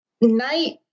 night